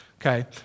Okay